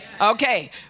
Okay